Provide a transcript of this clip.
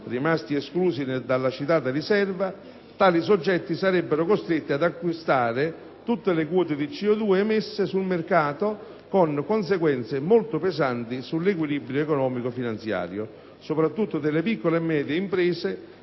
rimasti esclusi dalla citata riserva, tali soggetti sarebbero costretti ad acquistare tutte le quote di CO2 emesse sul mercato, con conseguenze molto pesanti sull'equilibrio economico-finanziario, soprattutto delle piccole e medie imprese,